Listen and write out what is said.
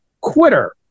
Quitter